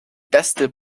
beste